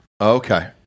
Okay